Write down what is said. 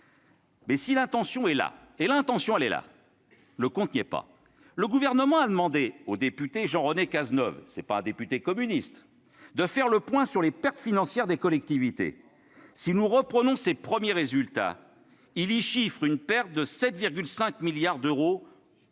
Mais si l'intention est bien là, le compte n'y est pas ! Le Gouvernement a demandé au député Jean-René Cazeneuve-ce n'est pas un député communiste ! -de faire le point sur les pertes financières des collectivités. Si nous reprenons ses premiers résultats, notre collègue chiffre la perte à 7,5 milliards d'euros